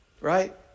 right